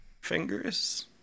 fingers